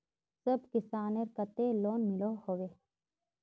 सब किसानेर केते लोन मिलोहो होबे?